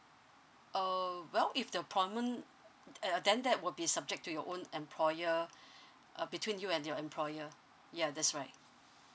err well if the appointment then that will be subject to your own employer uh between you and your employer ya that's right